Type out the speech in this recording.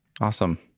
awesome